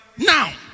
Now